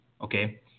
okay